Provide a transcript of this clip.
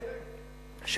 אתה צודק.